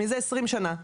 מזה עשרים שנה.